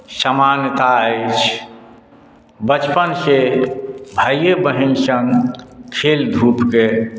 समानता अछि बचपनसँ भाइए बहिन सङ्ग खेल धूपिके